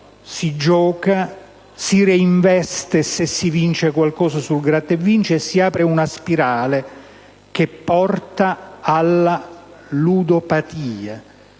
si gioca, si reinveste e, se si vince qualcosa con il Gratta e Vinci, si apre una spirale che porta alla ludopatia.